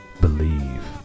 Believe